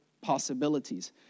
possibilities